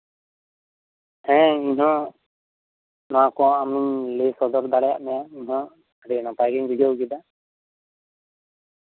ᱦᱮᱸ ᱤᱧ ᱦᱚᱸ ᱱᱚᱣᱟ ᱠᱚ ᱟᱢᱤᱧ ᱞᱟᱹᱭ ᱥᱚᱫᱚᱨ ᱫᱟᱲᱮᱭᱟᱜ ᱢᱮᱭᱟ ᱟᱹᱰᱤ ᱱᱟᱯᱟᱭᱜᱮᱧ ᱵᱩᱡᱷᱟᱹᱣ ᱠᱮᱫᱟ